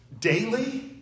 daily